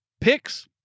picks